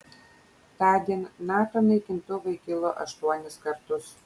tądien nato naikintuvai kilo aštuonis kartus